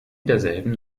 derselben